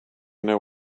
know